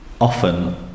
often